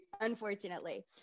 unfortunately